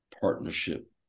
partnership